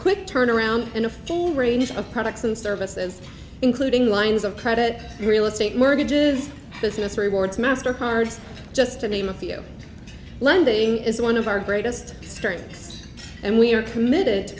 quick turnaround and a full range of products and services including lines of credit real estate mortgages business rewards master cards just to name a few lending is one of our greatest strengths and we are committed to